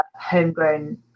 homegrown